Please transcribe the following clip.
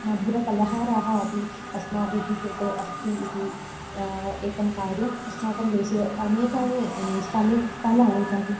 मधुरफलाहाराः अपि अस्माभिः कृते अस्ति इति एकं कार्यम् अस्माकं देशे अनेकानि स्थले स्थलानि सन्ति